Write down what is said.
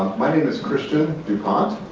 my name is christian dupont.